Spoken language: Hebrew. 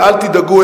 ואל תדאגו,